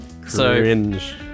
Cringe